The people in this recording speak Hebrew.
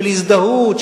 של הזדהות,